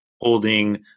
holding